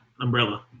umbrella